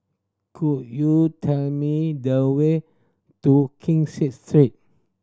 could you tell me the way to Kee Say Street